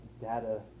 data